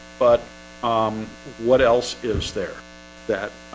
but um what else is there that?